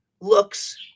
looks